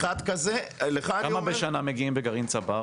כמה בשנה מגיעים בגרעין צבר?